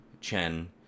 Chen